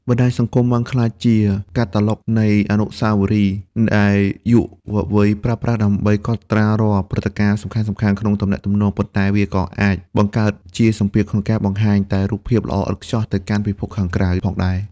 បណ្ដាញសង្គមបានក្លាយជា «កាតាឡុក» នៃអនុស្សាវរីយ៍ ដែលយុវវ័យប្រើប្រាស់ដើម្បីកត់ត្រារាល់ព្រឹត្តិការណ៍សំខាន់ៗក្នុងទំនាក់ទំនង ប៉ុន្តែវាក៏អាចបង្កើតជាសម្ពាធក្នុងការបង្ហាញតែរូបភាពល្អឥតខ្ចោះទៅកាន់ពិភពខាងក្រៅផងដែរ។